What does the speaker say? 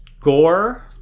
gore